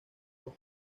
dos